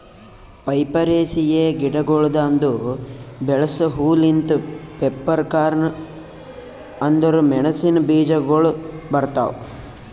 ಪೈಪರೇಸಿಯೆ ಗಿಡಗೊಳ್ದಾಂದು ಬೆಳಸ ಹೂ ಲಿಂತ್ ಪೆಪ್ಪರ್ಕಾರ್ನ್ ಅಂದುರ್ ಮೆಣಸಿನ ಬೀಜಗೊಳ್ ಬರ್ತಾವ್